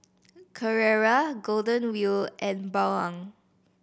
Carrera Golden Wheel and Bawang